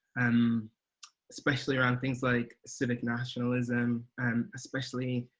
um especially around things like civic nationalism and especially,